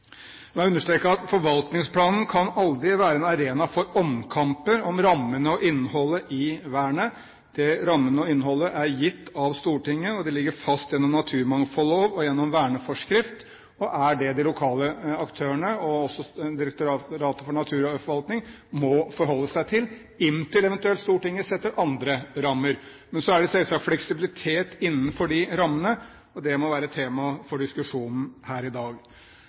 La meg understreke at forvaltningsplanen aldri kan være en arena for omkamper om rammene og innholdet i vernet; rammene og innholdet er gitt av Stortinget, og det ligger fast gjennom naturmangfoldlov og gjennom verneforskrift – og er det de lokale aktørene og også Direktoratet for naturforvaltning må forholde seg til, inntil Stortinget eventuelt setter andre rammer. Men det er selvsagt fleksibilitet innenfor de rammene, og det må være tema for diskusjonen her i dag.